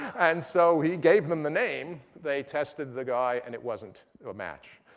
and so he gave them the name. they tested the guy and it wasn't a match.